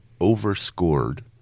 overscored